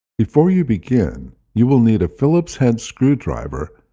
before you begin you will need a phillips head screwdriver,